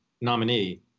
nominee